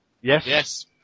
Yes